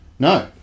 No